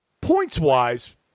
points-wise